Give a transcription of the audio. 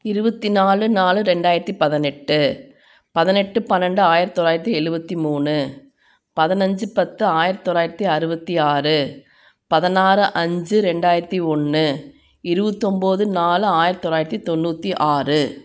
இருபத்தி நாலு நாலு ரெண்டாயிரத்தி பதினெட்டு பதினெட்டு பன்னெண்டு ஆயிரத்தி தொள்ளாயிரத்தி எழுபத்தி மூணு பதினஞ்சு பத்து ஆயிரத்தி தொள்ளாயிரத்தி அறுபத்தி ஆறு பதினாறு அஞ்சு ரெண்டாயிரத்தி ஒன்று இருவத்தொம்பது நாலு ஆயிரத்தி தொள்ளாயிரத்தி தொண்ணூற்றி ஆறு